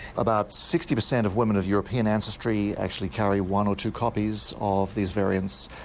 about sixty percent of women of european ancestry actually carry one or two copies of these variants.